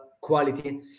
quality